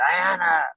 Diana